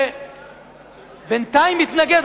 שבינתיים מתנגד,